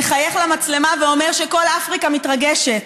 מחייך למצלמה ואומר שכל אפריקה מתרגשת.